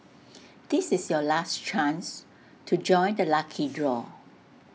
this is your last chance to join the lucky draw